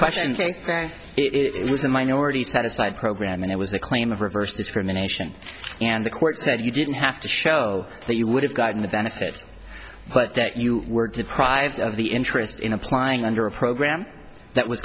say it was a minority set aside program and it was the clay i'm of reverse discrimination and the court said you didn't have to show that you would have gotten the benefit but that you were deprived of the interest in applying under a program that was